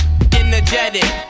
Energetic